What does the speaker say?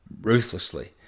ruthlessly